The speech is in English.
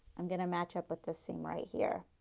um going to match up with this seam right here.